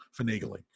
finagling